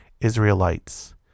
Israelites